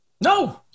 No